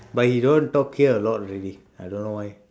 but he don't talk here a lot already I don't know why